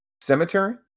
cemetery